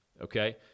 Okay